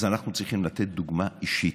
אז אנחנו צריכים לתת דוגמה אישית.